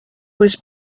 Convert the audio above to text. was